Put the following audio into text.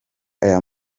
aya